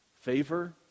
favor